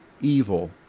evil